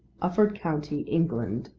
ufford county, england,